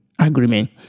agreement